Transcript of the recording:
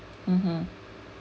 mmhmm